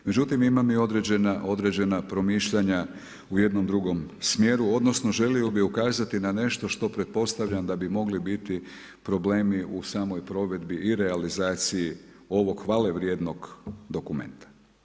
Međutim imami i određena promišljanja u jednom drugom smjeru odnosno želio bih ukazati na nešto što pretpostavljam da bi mogli biti problemi u samoj provedbi i realizaciji ovog hvale vrijednog dokumenta.